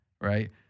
right